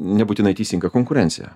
nebūtinai teisingą konkurenciją